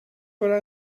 what